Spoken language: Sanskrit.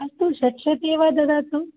अस्तु षट्शते वा ददातु